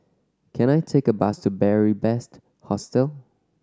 can I take a bus to Beary Best Hostel